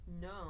No